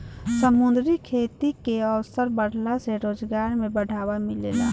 समुंद्री खेती के अवसर बाढ़ला से रोजगार में बढ़ावा मिलेला